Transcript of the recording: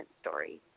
story